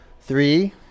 Three